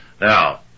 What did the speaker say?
Now